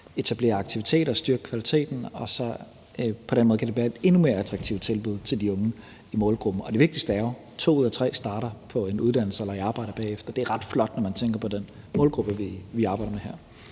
etablere aktiviteter og styrke kvaliteten, og på den måde kan det så være et endnu mere attraktivt tilbud til de unge i målgruppen. Og det vigtigste er jo: To ud af tre starter på en uddannelse eller i arbejde bagefter. Det er ret flot, når man tænker på den målgruppe, vi arbejder med her.